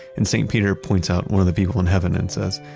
and saint peter points out one of the people in heaven and says,